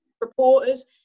reporters